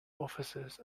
offices